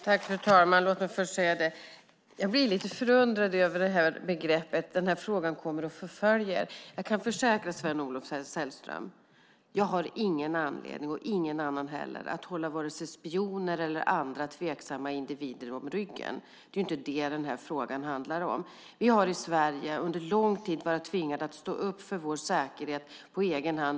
Fru talman! Låt mig först säga att jag blir lite förundrad över yttrandet att den här frågan "kommer att förfölja er". Jag kan försäkra Sven-Olof Sällström: Jag har ingen anledning - och ingen annan heller - att hålla vare sig spioner eller andra tveksamma individer om ryggen. Det är inte det denna fråga handlar om. Vi har i Sverige under lång tid varit tvingade att stå upp för vår säkerhet på egen hand.